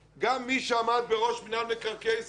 גם מי שעמד בראש מינהל מקרקעי ישראל,